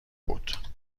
بود